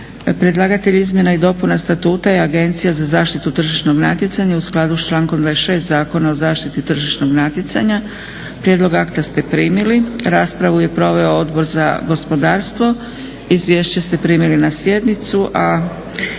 Predlagatelj izmjena i dopuna Statuta je Agencija za zaštitu tržišnog natjecanja u skladu sa člankom 26. Zakona o zaštiti tržišnog natjecanja. Prijedlog akta ste primili. Raspravu je proveo Odbor za gospodarstvo. Izvješće ste primili na sjednicu, a